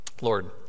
Lord